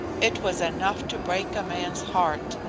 it was enough to break a man's heart,